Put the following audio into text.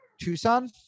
Tucson